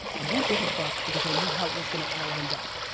i didn't give a fuck, because i knew how it was gonna all end up.